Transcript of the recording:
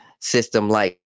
system-like